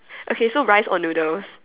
okay so rice or noodles